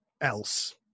else